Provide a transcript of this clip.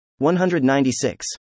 196